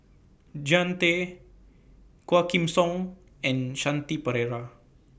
Jean Tay Quah Kim Song and Shanti Pereira